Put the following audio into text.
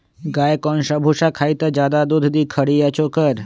गाय कौन सा भूसा खाई त ज्यादा दूध दी खरी या चोकर?